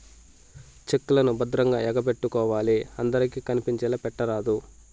check లను భద్రంగా ఎగపెట్టుకోవాలి అందరికి కనిపించేలా పెట్టరాదు